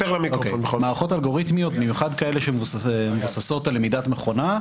- מערכות אלגוריתמיות במיוחד כאלה שמבוססות על למידת מכונה,